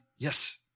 Yes